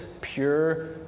pure